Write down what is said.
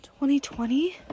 2020